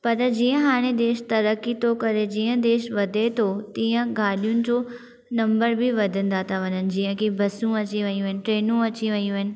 पर जीअं हाणे देश तरक़ी थो करे जीअं देश वधे थो तीअं गाॾियुनि जो नंबर बि वधंदा त वञनि जीअं की बसूं अची वियूं आहिनि ट्रेनूं अची वयूं आहिनि